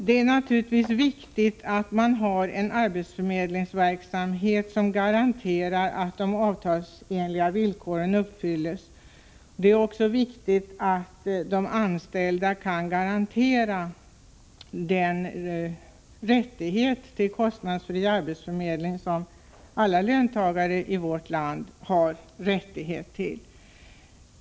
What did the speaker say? Det är naturligtvis viktigt att man har en arbetsförmedlingsverksamhet som garanterar att de avtalsenliga villkoren uppfylls. Det är också viktigt att de anställda kan garanteras den kostnadsfria arbetsförmedling som alla löntagare i vårt land har rätt till.